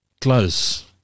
close